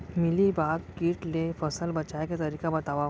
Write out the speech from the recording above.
Mealybug किट ले फसल बचाए के तरीका बतावव?